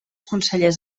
consellers